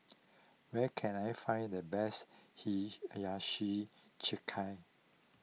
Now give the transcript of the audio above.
where can I find the best Hiyashi Chuka